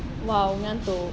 !wow! mengantuk